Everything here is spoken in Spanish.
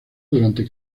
durante